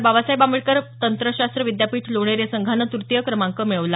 बाबासाहेब आंबेडकर तंत्रशास्त्र विद्यापीठ लोणेरे संघानं तृतीय क्रमांक मिळवला